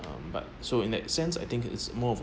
um but so in that sense I think it's more of